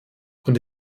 und